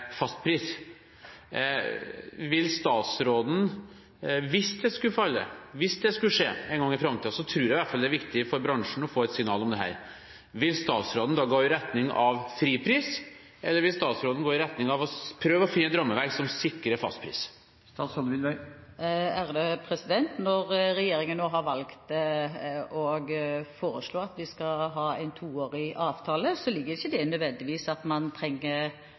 fastpris. Hvis det skulle skje en gang i framtiden, tror jeg i hvert fall det er viktig for bransjen å få et signal om dette. Vil statsråden da gå i retning av fripris, eller vil statsråden gå i retning av å prøve å finne et rammeverk som sikrer fastpris? Når regjeringen nå har valgt å foreslå at vi skal ha en toårig avtale, ligger det ikke nødvendigvis i det at man trenger